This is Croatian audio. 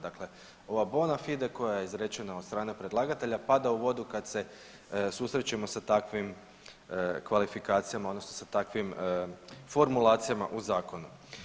Dakle, ova bona fide koja je izrečena od strane predlagatelja pada u vodu kad se susrećemo sa takvim kvalifikacijama, odnosno sa takvim formulacijama u zakonu.